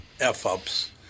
F-ups